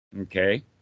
Okay